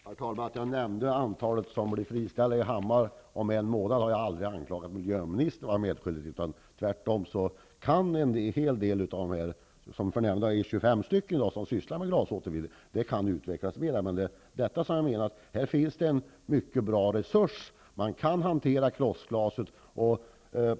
Herr talman! Jag anklagade inte miljöministern för att vara medskyldig när jag nämnde antalet som blir friställda i Hammar om en månad. Det är 25 personer som sysslar med glasåtervinning i dag, och det kan utvecklas mer. Här finns det en mycket bra resurs som kan hantera krossglaset.